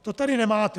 To tady nemáte.